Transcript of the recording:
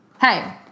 Hey